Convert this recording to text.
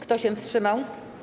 Kto się wstrzymał?